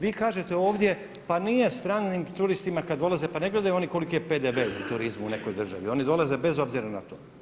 Vi kažete ovdje pa nije stranim turistima kad dolaze, pa ne gledaju oni koliki je PDV u turizmu u nekoj državi oni dolaze bez obzira na to.